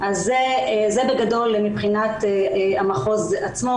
זה בגדול מבחינת המחוז עצמו,